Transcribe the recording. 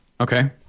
Okay